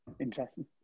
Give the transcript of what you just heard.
Interesting